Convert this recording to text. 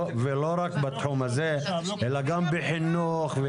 ולא רק בתחום הזה אלא גם בחינוך,